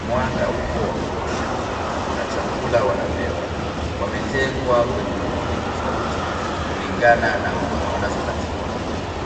mwanga upo wa kutosha. Kuna chakula wanapewa, wametengwa kwenye makundi tofauti kulingana na huduma wanazopatiwa.